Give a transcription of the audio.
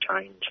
change